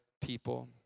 people